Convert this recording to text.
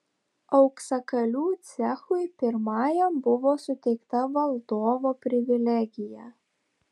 auksakalių cechui pirmajam buvo suteikta valdovo privilegija